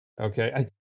okay